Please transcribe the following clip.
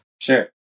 Sure